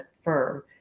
firm